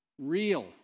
real